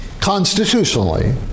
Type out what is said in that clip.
constitutionally